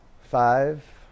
five